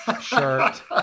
shirt